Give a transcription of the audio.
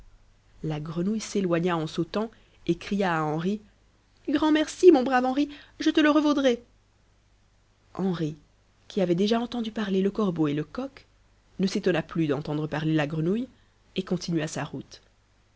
la grenouille s'éloigna en sautant et cria à henri grand merci mon brave henri je te le revaudrai henri qui avait déjà entendu parler le corbeau et le coq ne s'étonna plus d'entendre parler la grenouille et continua sa route